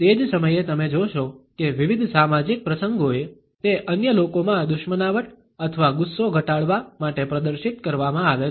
તે જ સમયે તમે જોશો કે વિવિધ સામાજિક પ્રસંગોએ તે અન્ય લોકોમાં દુશ્મનાવટ અથવા ગુસ્સો ઘટાડવા માટે પ્રદર્શિત કરવામાં આવે છે